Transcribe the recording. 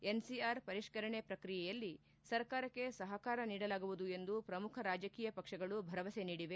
NCR ಪರಿಷ್ಕರಣೆ ಪ್ರಕ್ರಿಯೆಯಲ್ಲಿ ಸರ್ಕಾರಕ್ಷೆ ಸಹಕಾರ ನೀಡಲಾಗುವುದು ಎಂದು ಪ್ರಮುಖ ರಾಜಕೀಯ ಪಕ್ಷಗಳು ಭರವಸೆ ನೀಡಿವೆ